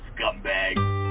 scumbag